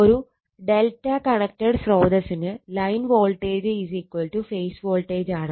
ഒരു ∆ കണക്റ്റഡ് സ്രോതസ്സിന് line voltage phase വോൾട്ടേജാണ്